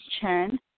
Chen